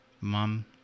Mom